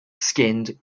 skinned